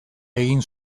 egin